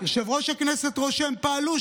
יושב-ראש הכנסת רושם: פעלו,